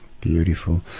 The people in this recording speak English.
Beautiful